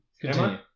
Continue